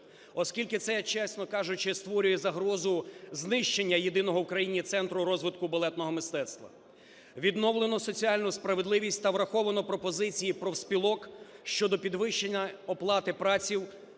Оскільки це, чесно кажучи, створює загрозу знищення єдиного в Україні Центру розвитку балетного мистецтва. Відновлено соціальну справедливість та враховано пропозиції профспілок щодо підвищення оплати праці